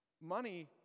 Money